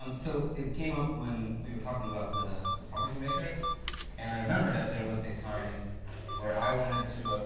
um so it came up when we were talking about the the property matrix and i remembered that there was a time where i wanted to